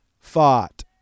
fought